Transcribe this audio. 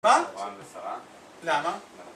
מה? למה?